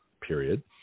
period